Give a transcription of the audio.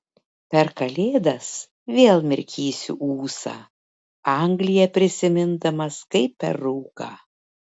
per kalėdas vėl mirkysiu ūsą angliją prisimindamas kaip per rūką